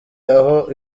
aho